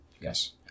Yes